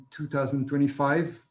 2025